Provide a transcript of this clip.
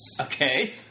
Okay